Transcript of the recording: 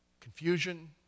confusion